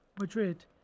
Madrid